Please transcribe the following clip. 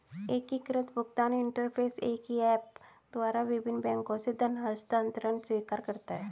एकीकृत भुगतान इंटरफ़ेस एक ही ऐप द्वारा विभिन्न बैंकों से धन हस्तांतरण स्वीकार करता है